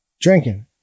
Drinking